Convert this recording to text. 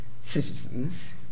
citizens